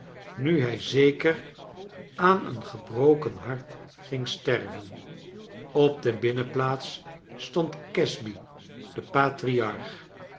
nu hij zeker aan een gebroken hart ging sterven op de binnenplaats stond casby de